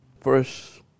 first